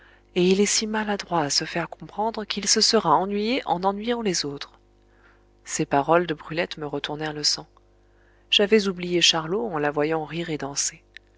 et il est si maladroit à se faire comprendre qu'il se sera ennuyé en ennuyant les autres ces paroles de brulette me retournèrent le sang j'avais oublié charlot en la voyant rire et danser